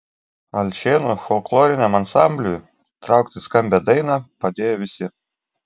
alšėnų folkloriniam ansambliui traukti skambią dainą padėjo visi